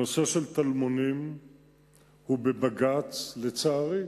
הנושא של טלמונים בבג"ץ, לצערי.